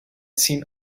seen